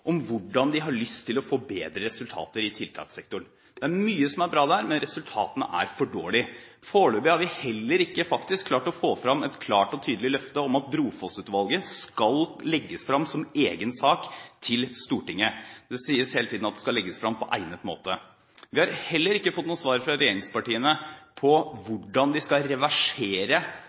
om hvordan de har lyst til å få bedre resultater i tiltakssektoren. Det er mye som er bra der, men resultatene er for dårlige. Foreløpig har vi faktisk heller ikke fått fram noe klart og tydelig løfte om at Brofoss-utvalgets innstilling skal legges fram som en egen sak til Stortinget. Det sies hele tiden at den skal legges fram på egnet måte. Vi har heller ikke fått noe svar fra regjeringspartiene om hvordan de skal reversere